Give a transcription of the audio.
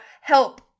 help